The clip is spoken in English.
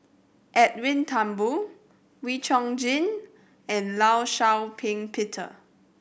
Edwin Thumboo Wee Chong Jin and Law Shau Ping Peter